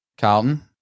Carlton